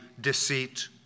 deceit